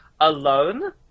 Alone